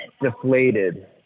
deflated